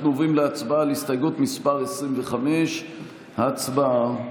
אנחנו עוברים להצבעה על הסתייגות מס' 25. הצבעה.